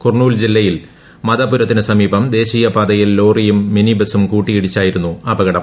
കുർണൂൽ ജില്പയിൽ മദപുരത്തിനു സമീപം ദേശീയപാതയിൽ ലോറിയും മിനി ബസ്സും കൂട്ടിയിടിച്ചായിരുന്നു അപകടം